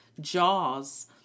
jaws